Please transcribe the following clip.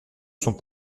sont